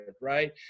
right